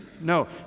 No